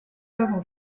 œuvres